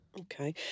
Okay